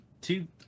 two